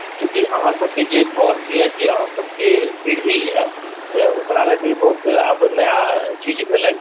चूँकि अहाँसभके जे पौध यए जे अहाँसभके जे पीढ़ी यए ओकरा ले तऽ ई बहुत आब तऽ नया चीज भेलै